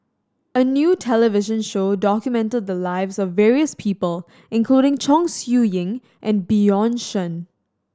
a new television show documented the lives of various people including Chong Siew Ying and Bjorn Shen